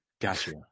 gotcha